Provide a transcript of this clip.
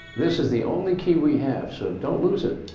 this is the only key we have so don't lose it.